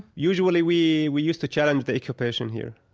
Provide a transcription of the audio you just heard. usually, we we used to challenge the occupation here,